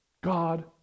God